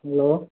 की यौ